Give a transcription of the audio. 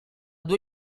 due